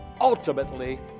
ultimately